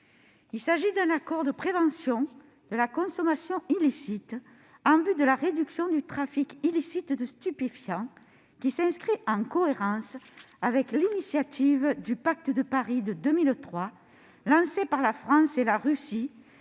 domaines. Cet accord de prévention de la consommation illicite en vue de la réduction du trafic illicite de stupéfiants s'inscrit en cohérence avec l'initiative du pacte de Paris de 2003, lancée par la France et la Russie